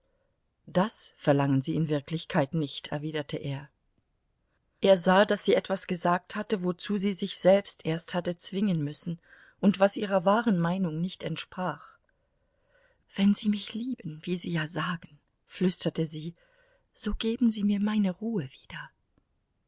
das verlangen sie in wirklichkeit nicht erwiderte er er sah daß sie etwas gesagt hatte wozu sie sich selbst erst hatte zwingen müssen und was ihrer wahren meinung nicht entsprach wenn sie mich lieben wie sie ja sagen flüsterte sie so geben sie mir meine ruhe wieder